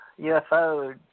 ufo